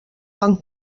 van